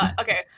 Okay